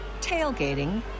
tailgating